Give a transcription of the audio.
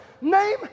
name